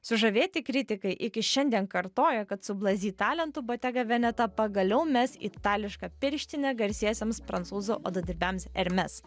sužavėti kritikai iki šiandien kartoja kad su brazi talentu botega veneta pagaliau mes itališką pirštinę garsiesiems prancūzų odadirbiams hermes